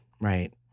right